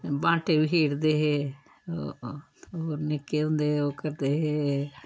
बांटे बी खेड्ढे दे हे होर निक्के होंदे ओह् करदे हे